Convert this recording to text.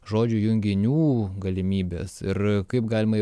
žodžių junginių galimybės ir kaip galima